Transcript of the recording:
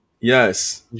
Yes